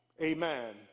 Amen